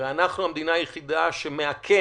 הרי אנחנו המדינה היחידה שמאכנת